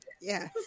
yes